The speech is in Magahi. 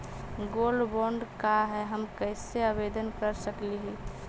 गोल्ड बॉन्ड का है, हम कैसे आवेदन कर सकली ही?